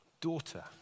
Daughter